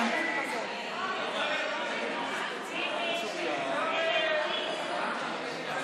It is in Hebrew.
להעביר לוועדה את הצעת חוק לתיקון פקודת מס